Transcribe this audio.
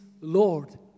Lord